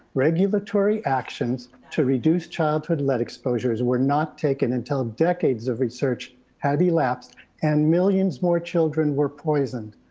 regulatory actions to reduce childhood lead exposures were not taken until decades of research had elapsed and millions more children were poisoned.